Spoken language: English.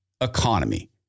economy